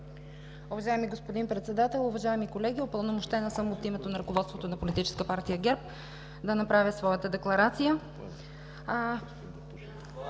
Уважаеми господин Председател, уважаеми колеги! Упълномощена съм от името на ръководството на Политическа партия ГЕРБ да направя своята декларация.